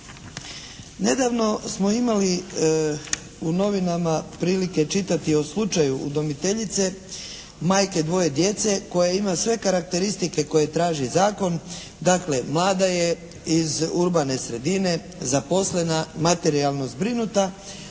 Nedavno smo imali u novinama prilike čitati o slučaju udomiteljice, majke dvoje djece koja ima sve karakteristike koje traži zakon. Dakle, mlada je, iz urbane sredine, zaposlena, materijalno zbrinuta